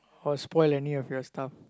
or spoil any of your stuff